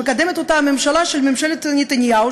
שמקדמת אותה ממשלת נתניהו,